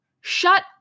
Shut